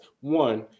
One